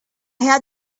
had